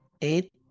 Eight